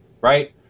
Right